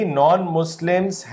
non-Muslims